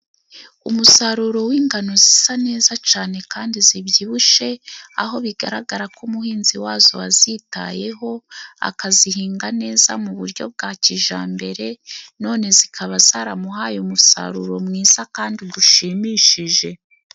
Umusaruro w'ingano zisa neza cane kandi zibyibushe, aho bigaragara ko umuhinzi wazo wazitayeho akazihinga neza mu buryo bwa kijambere , none zikaba zaramuhaye umusaruro mwiza kandi gushimishije.